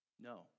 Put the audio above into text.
No